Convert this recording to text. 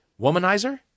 Womanizer